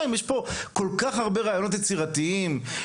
יש פה כל כך הרבה רעיונות יפים ויצירתיים.